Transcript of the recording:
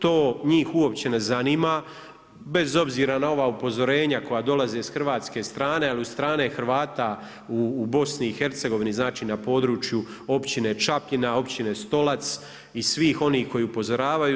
To njih uopće ne zanima bez obzira na ova upozorenja koja dolaze sa hrvatske strane, ali i od strane Hrvata u Bosni i Hercegovini, znači na području općine Čapljina, općine Stolac i svih onih koji upozoravaju.